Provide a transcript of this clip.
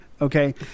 Okay